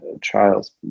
trials